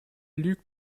lügt